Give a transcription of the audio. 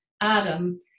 Adam